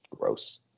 gross